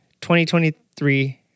2023